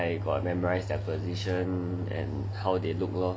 I got memorise their position and how they look lor